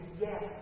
yes